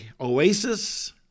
oasis